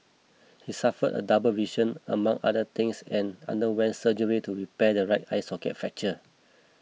he suffered a double vision among other things and underwent surgery to repair the right eye socket fracture